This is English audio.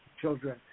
children